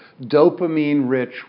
dopamine-rich